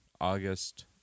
August